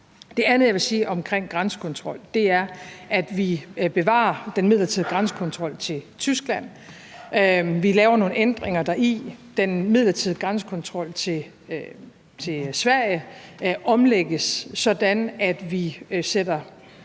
Det andet, jeg vil sige omkring grænsekontrol, er, at vi bevarer den midlertidige grænsekontrol til Tyskland og vi laver nogle ændringer deri. Den midlertidige grænsekontrol til Sverige omlægges, sådan at vi sætter